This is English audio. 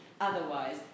otherwise